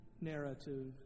narrative